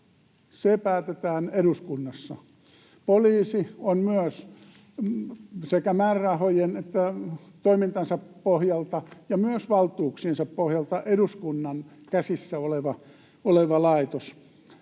Se päätetään eduskunnassa. Poliisi on myös sekä määrärahojen että toimintansa ja myös valtuuksiensa pohjalta eduskunnan käsissä oleva laitos.